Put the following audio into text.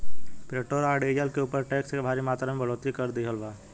petrol आ diesel के ऊपर टैक्स के भारी मात्रा में बढ़ोतरी कर दीहल बा